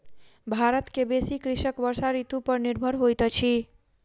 भारत के बेसी कृषक वर्षा ऋतू पर निर्भर होइत अछि